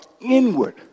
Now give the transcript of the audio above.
inward